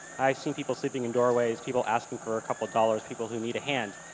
i've seen people sleeping in doorways, people asking for a couple dollars, people who need a hand.